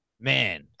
man